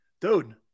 Dude